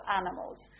animals